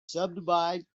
subdivide